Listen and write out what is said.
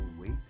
wait